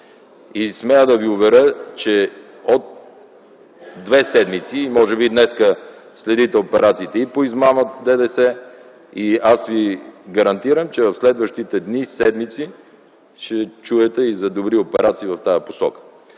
И смея да ви уверя, че от две седмици, може би днес следите операциите и по измамите с ДДС, и аз ви гарантирам, че в следващите дни и седмици ще чуете и за добри операции в тази посока.